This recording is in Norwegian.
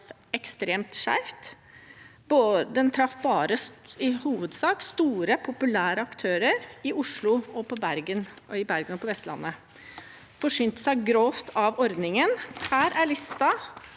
Den traff i hovedsak bare store populære aktører i Oslo, i Bergen og på Vestlandet, som forsynte seg grovt av ordningen. Her er lista,